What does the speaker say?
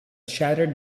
shattered